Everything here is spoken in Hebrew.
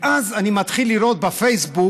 ואז אני מתחיל לראות בפייסבוק,